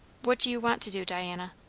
what do you want to do, diana?